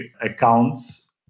accounts